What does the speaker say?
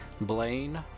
Blaine